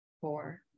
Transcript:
four